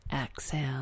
exhale